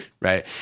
Right